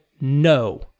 no